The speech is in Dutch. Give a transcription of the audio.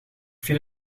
vind